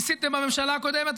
ניסיתם בממשלה הקודמת,